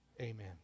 amen